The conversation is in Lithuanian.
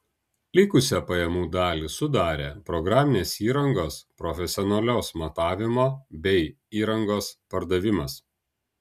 likusią pajamų dalį sudarė programinės įrangos profesionalios matavimo bei įrangos pardavimas